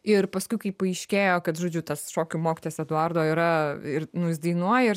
ir paskui kai paaiškėjo kad žodžiu tas šokių mokytojas eduardo yra ir nu jis dainuoja ir